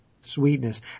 sweetness